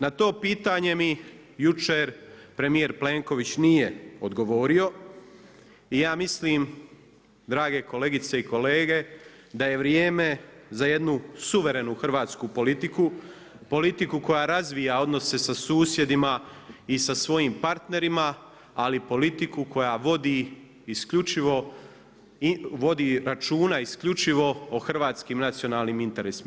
Na to pitanje mi jučer premijer Plenković nije odgovorio i ja mislim drage kolegice i kolege da je vrijeme za jednu suverenu hrvatsku politiku, politiku koja razvija odnose sa susjedima i sa svojim partnerima ali i politiku koja vodi isključivo, vodi računa isključivo o hrvatskim nacionalnim interesima.